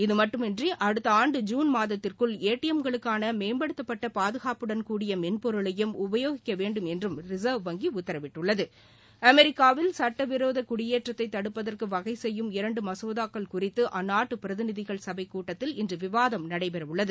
இதுமட்டுமின்றி அடுத்த ஆண்டு ஜுன் மாதத்திற்குள் ஏடிஎம் களுக்கான மேம்படுத்தப்பட்ட பாதுகாப்புடன் கூடிய மென்பொருளையும் உபயோகிக்க வேண்டும் என்றும் ரிசர்வ் வங்கி உத்தரவிட்டுள்ளது அமெரிக்காவில் சட்டவிரோத குடியேற்றத்தை தடுப்பதற்கு வகைசெய்யும் இரண்டு மசோதாக்கள் குறித்து அந்நாட்டு பிரதிநிதிகள் சபைக் கூட்டத்தில் இன்று விவாதம் நடைபெறவுள்ளது